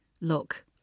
look